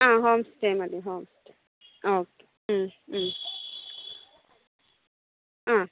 ആ ഹോംസ്റ്റേ മതി ഹോംസ്റ്റേ ആ ഓക്കെ ആ